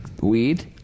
weed